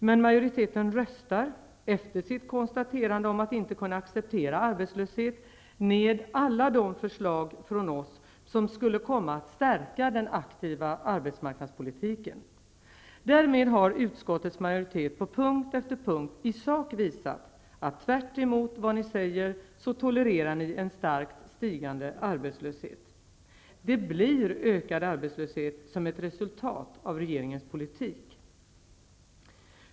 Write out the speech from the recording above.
Men majoriteten röstar -- efter sitt konstaterande att den inte kan acceptera arbetslöshet -- ned alla de förslag från oss som skulle komma att stärka den aktiva arbetsmarknadspolitiken. Därmed har ni i utskottets majoritet på punkt efter punkt i sak visat att ni -- tvärtemot vad ni säger -- tolererar en starkt stigande arbetslöshet. Det blir ökad arbetslöshet som ett resultat av regeringens politik.